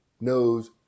knows